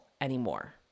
anymore